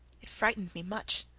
it frightened me much.